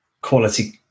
quality